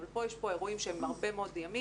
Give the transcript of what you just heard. אבל פה יש אירועים שהם הרבה מאוד ימים,